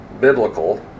biblical